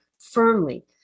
firmly